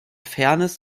fairness